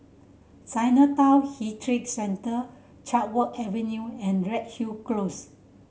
Chinatown Heritage Centre Chatsworth Avenue and Redhill Close